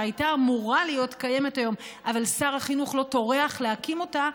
שהייתה אמורה להיות קיימת היום אבל שר החינוך לא טורח להקים אותה,